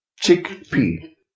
Chickpea